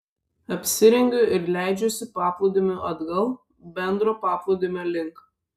apsirengiu ir leidžiuosi paplūdimiu atgal bendro paplūdimio link